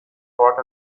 bought